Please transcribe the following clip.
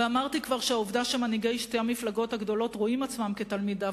ואמרתי כבר שהעובדה שמנהיגי שתי המפלגות הגדולות רואים עצמם כתלמידיו,